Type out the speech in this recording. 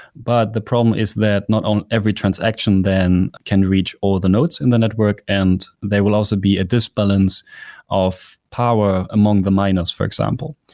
but the problem is that not every transaction then can reach all of the notes in the network and they will also be at this balance of power among the miners, for example,